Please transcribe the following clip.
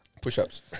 Push-ups